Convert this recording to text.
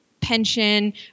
pension